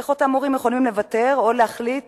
איך אותם הורים יכולים לוותר או להחליט